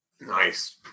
Nice